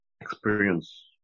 experience